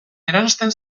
eransten